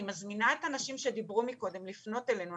אני מזמינה את הנשים שדיברו פה מקודם לפנות אלינו,